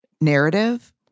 narrative